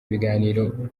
ibiganiro